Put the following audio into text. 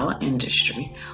industry